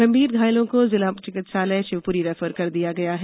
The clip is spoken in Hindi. गंभीर घायलों को जिला चिकित्सालय शिवपुरी रेफर कर दिया गया है